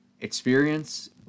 experience